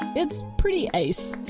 it's pretty ace.